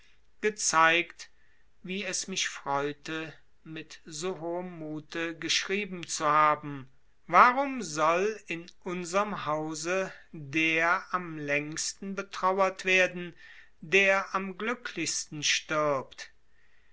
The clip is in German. gezeigt wie es mich freute mit so hohem muthe geschrieben zu haben warum soll in unserm hause der am längsten betrauert werden der am glücklichsten stirbt